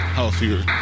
healthier